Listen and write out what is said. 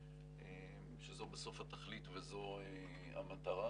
שזו בסוף התכלית וזו המטרה.